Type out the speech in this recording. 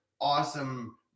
awesome